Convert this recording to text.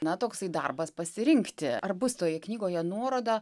na toksai darbas pasirinkti ar bus toje knygoje nuoroda